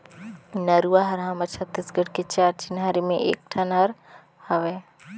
नरूवा हर हमर छत्तीसगढ़ के चार चिन्हारी में एक ठन हर हवे